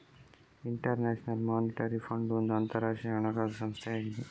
inter national monetary fund ಒಂದು ಅಂತರಾಷ್ಟ್ರೀಯ ಹಣಕಾಸು ಸಂಸ್ಥೆಯಾಗಿದೆ